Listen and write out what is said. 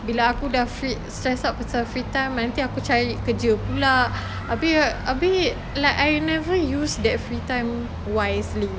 bila aku dah stress out pasal free time until nanti aku cari kerja pula abeh abeh like I never use that free time wisely